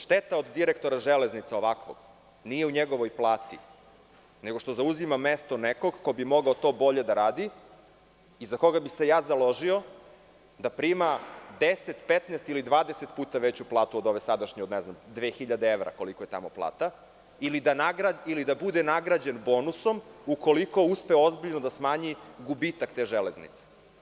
Šteta od direktora „Železnica“ ovakvog nije u njegovoj plati, nego što zauzima mesto nekog ko bi mogao to bolje da radi i za koga bih se ja založio da prima 10, 15 ili 20 puta veću platu od ove sadašnje od 2000 evra koliko je tamo plata ili da bude nagrađen bonusom ukoliko uspe ozbiljno da smanji gubitak te železnice.